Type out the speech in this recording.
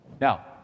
Now